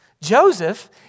Joseph